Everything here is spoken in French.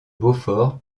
beaufort